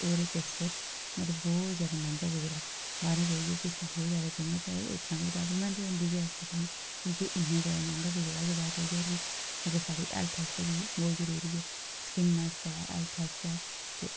ते होर एह् केसर बड़ा मैह्ंगा बिकदा बाह्र जाइयै बहुत जादा कीमत ऐ ते एहबी इक्क टाइप दी इकोनॉमिक डेवल्पमेंट होंदी गै पैसे कन्नै क्योंकि इ'न्ने जादै मैहंगा बिकदा ऐ एह्दे बाद आई गेआ होर की मगर साढ़े सेह्त आस्तै बी बहुत जरूरी ऐ स्किन आस्तै हैल्थ आस्तै ते